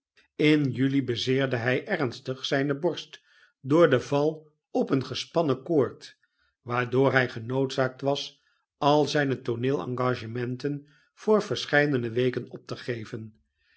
in juli bezeerde hij ernstig zijne borst door den val op een gespannen koord waardoorhij genoodzaakt was al zijne tooneel engagementen voor verscheidene weken op te geven